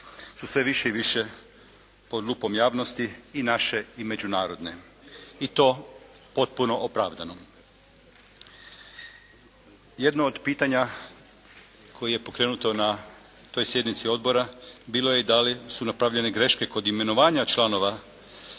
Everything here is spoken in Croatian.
su sve više i više pod lupom javnosti i naše i međunarodne i to potpuno opravdano. Jedno od pitanja koje je pokrenuto na toj sjednici odbora bilo je i da li su napravljene greške kod imenovanja članova